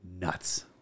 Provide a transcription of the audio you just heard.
nuts